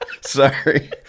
sorry